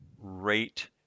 rate